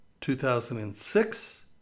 2006